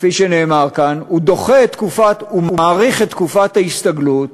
כפי שנאמר כאן, הוא מאריך את תקופת ההסתגלות,